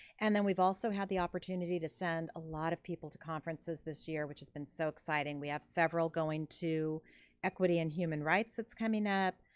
and then we've also had the opportunity to send a lot of people to conferences this year, which has been so exciting. we have several going to equity and human rights it's coming up.